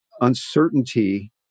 uncertainty